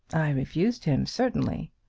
i refused him certainly.